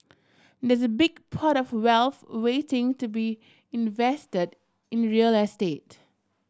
there's a big pot of wealth waiting to be invested in real estate